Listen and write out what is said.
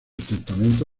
testamento